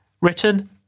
written